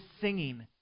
singing